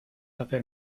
hacer